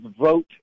vote